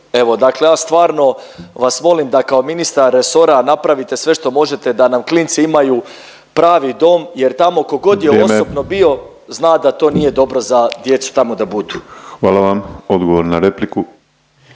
Evo dakle ja stvarno vas molim da kao ministar resora napravite sve što možete da nam klinci imaju pravi dom jer tamo kogod je osobno …/Upadica Penava: Vrijeme./… bio zna da to nije dobro za djecu tamo da budu. **Penava, Ivan (DP)**